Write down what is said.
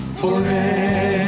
forever